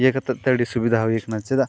ᱤᱭᱟᱹ ᱠᱟᱛᱮᱫ ᱛᱮ ᱟᱹᱰᱤ ᱥᱩᱵᱤᱫᱷᱟ ᱦᱩᱭ ᱠᱟᱱᱟ ᱪᱮᱫᱟᱜ